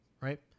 right